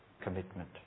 commitment